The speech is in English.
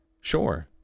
Sure